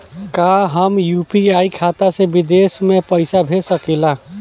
का हम यू.पी.आई खाता से विदेश म पईसा भेज सकिला?